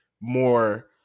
more